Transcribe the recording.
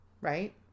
right